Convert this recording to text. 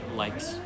likes